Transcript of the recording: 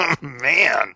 Man